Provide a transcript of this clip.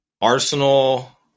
Arsenal